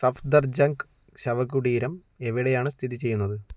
സഫ്ദർജംഗ് ശവകുടീരം എവിടെയാണ് സ്ഥിതി ചെയ്യുന്നത്